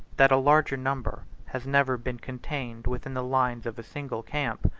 that a larger number has never been contained within the lines of a single camp,